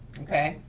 okay?